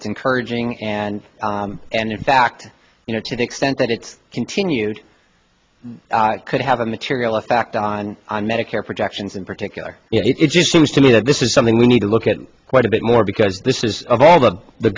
it's encouraging and and in fact you know to the extent that it's continued could have a material effect on on medicare projections in particular it just seems to me that this is something we need to look at quite a bit more because this is of all of the